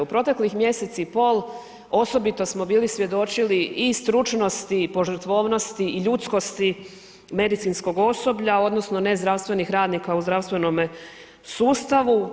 U proteklih mjesec i pol osobito smo bili svjedočili i stručnosti i požrtvovnosti i ljudskosti medicinskog osoblja odnosno ne zdravstvenih radnika u zdravstvenome sustavu.